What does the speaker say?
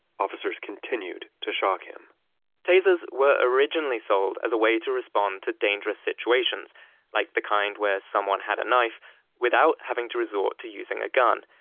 officers continued to shock him tasers were originally sold as a way to respond to dangerous situations like the kind where someone had a knife without having to resort to using a gun.